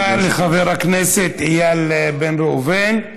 תודה לחבר הכנסת איל בן ראובן.